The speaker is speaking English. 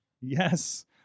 yes